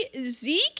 Zeke